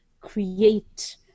create